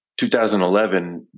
2011